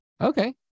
Okay